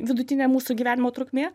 vidutinė mūsų gyvenimo trukmė